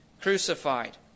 crucified